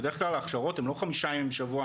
בדרך כלל ההכשרות הן לא חמישה ימים בשבוע,